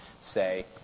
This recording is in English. say